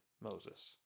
Moses